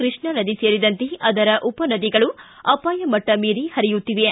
ಕೃಷ್ಣ ನದಿ ಸೇರಿದಂತೆ ಅದರ ಉಪನದಿಗಳು ಅಪಾಯಮಟ್ಟ ಮೀರಿ ಹರಿಯುತ್ತಿವೆ